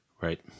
Right